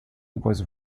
was